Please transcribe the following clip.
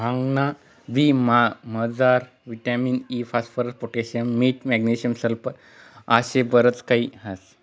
भांगना बी मजार विटामिन इ, फास्फरस, पोटॅशियम, मीठ, मॅग्नेशियम, सल्फर आशे बरच काही काही ह्रास